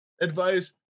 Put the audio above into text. advice